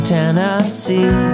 Tennessee